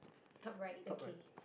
top right okay